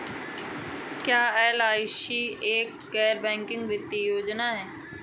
क्या एल.आई.सी एक गैर बैंकिंग वित्तीय योजना है?